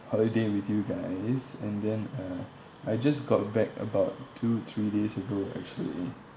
holiday with you guys and then uh I just got back about two three days ago actually